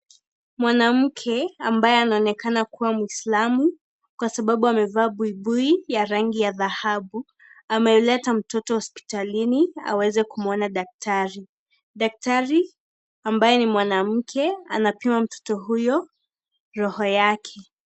Mwanamke ambaye anaonekana kuwa Muislamu kwa sababu amevaa buibui ya rangi ya dhahabu. Ameleta mtoto hospitalini aweze kumwona daktari. Daktari ambaye ni mwanamke anapima mtoto huyo roho yake.